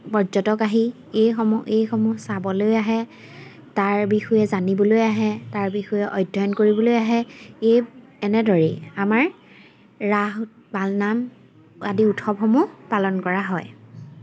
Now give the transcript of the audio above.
পৰ্যটক আহি এইসমূহ এইসমূহ চাবলৈ আহে তাৰ বিষয়ে জানিবলৈ আহে তাৰ বিষয়ে অধ্যয়ন কৰিবলৈ আহে এই এনেদৰেই আমাৰ ৰাস পালনাম আদি উৎসৱসমূহ পালন কৰা হয়